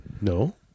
No